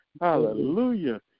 Hallelujah